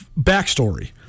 backstory